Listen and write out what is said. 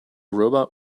robot